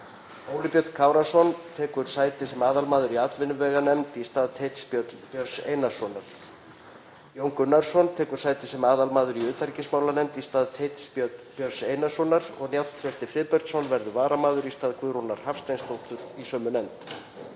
Óli Björn Kárason tekur sæti sem aðalmaður í atvinnuveganefnd í stað Teits Björns Einarssonar. Jón Gunnarsson tekur sæti sem aðalmaður í utanríkismálanefnd í stað Teits Björns Einarssonar og Njáll Trausti Friðbertsson verður varamaður í stað Guðrúnar Hafsteinsdóttur í sömu nefnd.